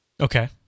Okay